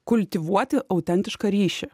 kultivuoti autentišką ryšį